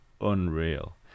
unreal